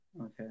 Okay